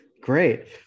Great